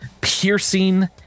piercing